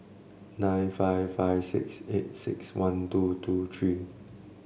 nine five five six eight six one two two three